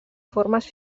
formes